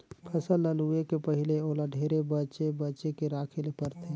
फसल ल लूए के पहिले ओला ढेरे बचे बचे के राखे ले परथे